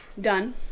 Done